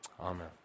Amen